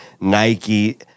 Nike